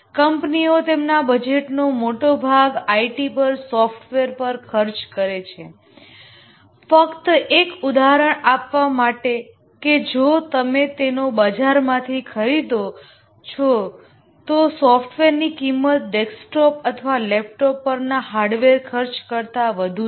કંપનીઓ તેમના બજેટનો મોટો ભાગ આઇટી સોફ્ટવેર પર ખર્ચ કરે છે ફક્ત એક ઉદાહરણ આપવા માટે કે જો તમે તેને બજારમાંથી ખરીદો છો તો સોફ્ટવેરની કિંમત ડેસ્કટોપ અથવા લેપટોપ પરના હાર્ડવેર ખર્ચ કરતાં વધુ છે